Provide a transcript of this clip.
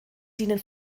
dienen